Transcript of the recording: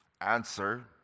Answer